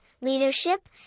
leadership